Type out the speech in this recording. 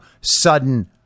sudden